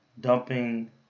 dumping